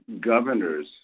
governors